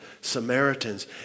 Samaritans